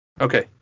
Okay